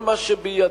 כל מה שבידיה,